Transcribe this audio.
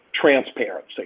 transparency